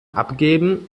abgeben